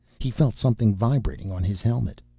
he felt something vibrating on his helmet.